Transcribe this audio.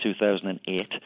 2008